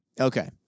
Okay